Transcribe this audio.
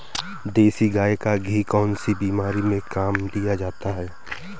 देसी गाय का घी कौनसी बीमारी में काम में लिया जाता है?